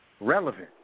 relevant